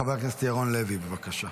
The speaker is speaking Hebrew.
חבר הכנסת ירון לוי, בבקשה.